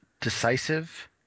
Decisive